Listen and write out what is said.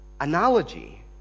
Analogy